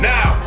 Now